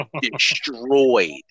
destroyed